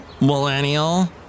millennial